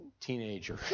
teenager